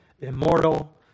immortal